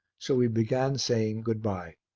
so we began saying good-bye.